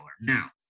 Now